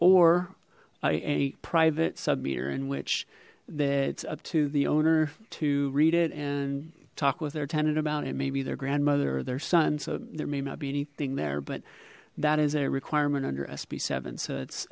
or a private sub meter in which it's up to the owner to read it and talk with their tenant about it maybe their grandmother or their son so there may not be anything there but that is a requirement under sb seven so it's